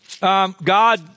God